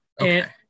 Okay